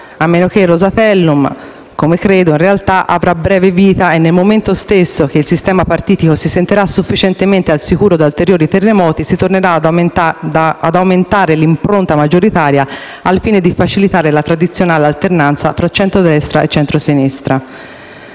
a meno che il Rosatellum - come credo - in realtà, avrà breve vita e, nel momento stesso che il sistema partitico si sentirà sufficientemente al sicuro da ulteriori terremoti, si tornerà ad aumentare l'impronta maggioritaria al fine di facilitare la tradizionale alternanza tra centrosinistra e centrodestra.